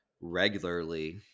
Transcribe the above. regularly